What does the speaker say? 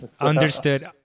Understood